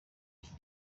iki